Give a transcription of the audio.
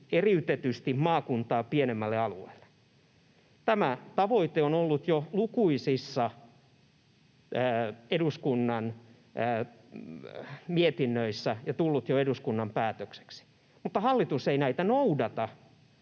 eriytetysti maakuntaa pienemmälle alueelle. Tämä tavoite on ollut jo lukuisissa eduskunnan mietinnöissä ja tullut jo eduskunnan päätökseksi, mutta hallitus ei näitä noudata.